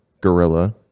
gorilla